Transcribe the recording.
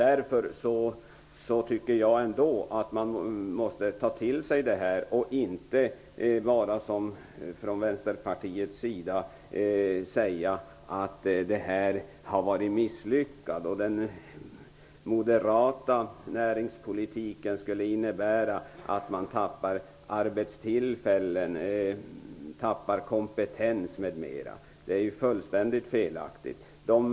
Därför tycker jag att man måste ta till sig detta och inte, som man gör från Vänsterpartiets sida, påstå att den moderata näringspolitiken har varit misslyckad och inneburit att man tappar arbetstillfällen och kompetens. Det är ett fullständigt felaktigt påstående.